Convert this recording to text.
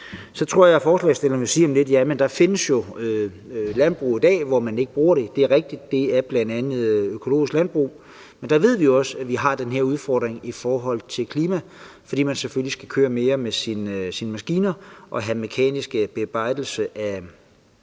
lidt vil sige, at der jo findes landbrug i dag, hvor man ikke bruger det. Det er rigtigt; der er bl.a. økologisk landbrug, men der ved vi jo også, at vi har den her udfordring i forhold til klima, fordi man selvfølgelig skal køre mere med sine maskiner og have mekanisk bearbejdelse af